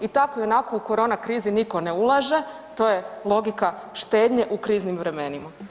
I tako ionako u korona krizi nitko ne ulaže to je logika štednje u kriznim vremenima.